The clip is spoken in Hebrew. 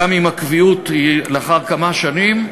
גם אם הקביעות היא לאחר כמה שנים.